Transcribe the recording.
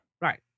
Right